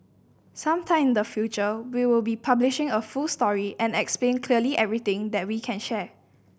some time in the future we will be publishing a full story and explain clearly everything that we can share